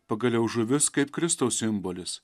pagaliau žuvis kaip kristaus simbolis